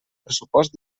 pressupost